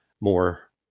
more